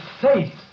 faith